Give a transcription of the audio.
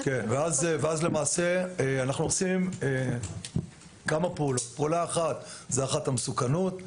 ואז למעשה אנחנו עושים כמה פעולות: פעולה אחת זאת הערכת המסוכנות,